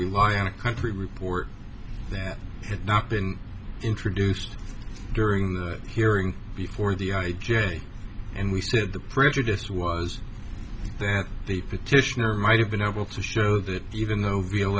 rely on a country report that had not been introduced during the hearing before the i j a and we said the prejudice was the petitioner might have been able to show that even though we